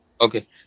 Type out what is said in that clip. okay